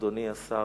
אדוני השר,